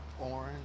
Orange